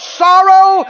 sorrow